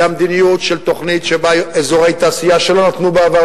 היא המדיניות של תוכנית שבה אזורי תעשייה שלא נתנו בעבר,